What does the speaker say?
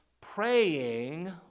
Praying